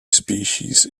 species